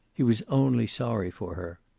he was only sorry for her.